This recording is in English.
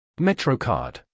MetroCard